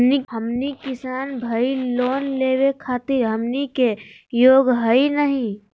हमनी किसान भईल, लोन लेवे खातीर हमनी के योग्य हई नहीं?